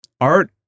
art